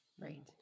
Right